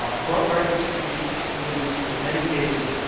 ah court records can be particularly useful. in many cases,